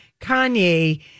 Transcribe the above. Kanye